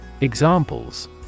Examples